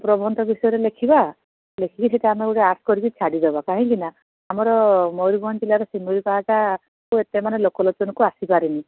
ପ୍ରବନ୍ଧ ବିଷୟରେ ଲେଖିବା ଲେଖିକି ସେଇଟା ଆମେ ଗୋଟେ ଆଡ୍ କରିକି ଛାଡ଼ିଦେବା କାହିଁକିନା ଆମର ମୟୁରଭଞ୍ଜ ଜିଲ୍ଲାର ଶିମିଳିପାଳଟା ତ ଏତେ ମାନେ ଲୋକଲୋଚନକୁ ଆସିପାରିନି